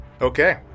Okay